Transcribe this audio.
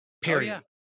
Period